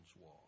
walk